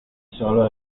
solo